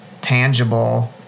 tangible